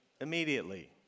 immediately